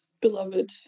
beloved